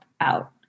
out